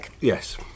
Yes